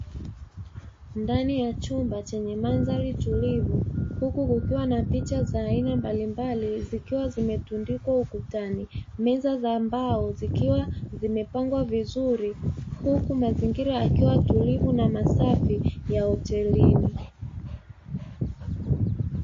Ndani ya chumba chenye mandhari tulivu huku kukiwa na picha za aina mbalimbali zikiwa zimetundikwa ukutani, meza za mbao zikiwa zimepangwa vizuri. Huku mazingira yakiwa tulivu na masafi ya hotelini.